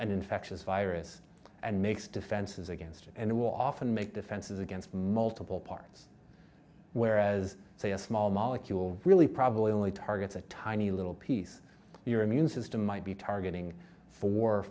an infectious virus and makes defenses against it and it will often make defenses against multiple parts whereas say a small molecule really probably only targets a tiny little piece your immune system might be targeting four or